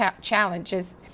challenges